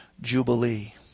jubilee